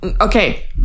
Okay